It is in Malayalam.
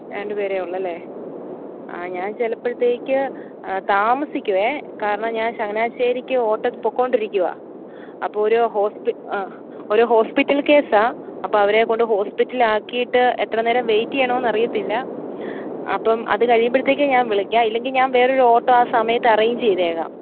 രണ്ട് പേരേ ഉള്ളല്ലേ ആ ഞാന് ചിലപ്പോഴത്തേക്ക് താമസിക്കുമേ കാരണം ഞാന് ചങ്ങനാശ്ശേരിക്ക് ഓട്ടം പോയിക്കോണ്ടിരിക്കുവാണ് അപ്പം ഒരു ഹോസ്പി ആ ഒരു ഹോസ്പിറ്റല് കേസ് ആണ് അപ്പം അവരേക്കൊണ്ട് ഹോസ്പിറ്റലിൽ ആക്കിയിട്ട് എത്ര നേരം വെയിറ്റ് ചെയ്യണം എന്ന് അറിയില്ല അപ്പം അത് കഴിയുമ്പോഴത്തേക്ക് ഞാന് വിളിക്കാം ഇല്ലെങ്കില് ഞാന് വേറൊരു ഓട്ടോ ആ സമയത്ത് അറേഞ്ച് ചെയ്തേക്കാം